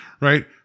right